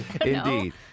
Indeed